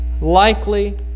likely